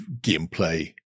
gameplay